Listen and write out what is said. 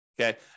Okay